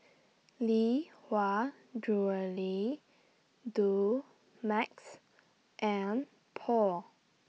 Lee Hwa Jewellery Dumex and Paul